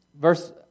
verse